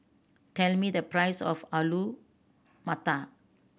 tell me the price of Alu Matar